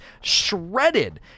shredded